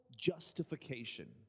Justification